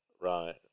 right